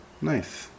nice